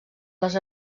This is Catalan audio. les